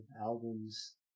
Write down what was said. albums